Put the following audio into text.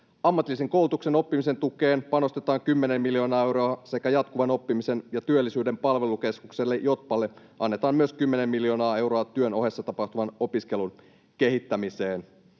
Ammatillisen koulutuksen oppimisen tukeen panostetaan 10 miljoonaa euroa sekä Jatkuvan oppimisen ja työllisyyden palvelukeskukselle Jotpalle annetaan myös 10 miljoonaa euroa työn ohessa tapahtuvan opiskelun kehittämiseen.